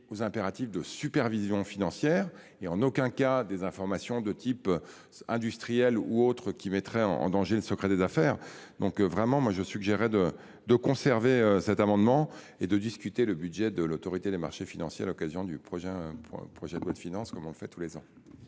aux impératifs de supervision financière et en aucun cas des informations de type industriel ou autres, qui mettraient en danger le secret des affaires. Je suggère donc de conserver cet article et de discuter du budget de l’Autorité des marchés financiers à l’occasion du projet de loi de finances, comme nous le faisons chaque